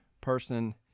person